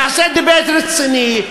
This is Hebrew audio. נעשה דיבייט רציני.